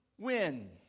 win